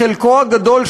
בחלקו הגדול,